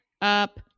up